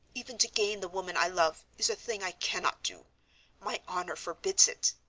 even to gain the woman i love, is a thing i cannot do my honor forbids it.